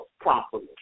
properly